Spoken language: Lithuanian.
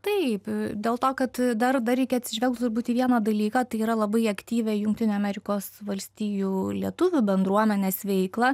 taip dėl to kad dar dar reikia atsižvelgt turbūt į vieną dalyką tai yra labai aktyvią jungtinių amerikos valstijų lietuvių bendruomenės veiklą